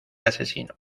asesino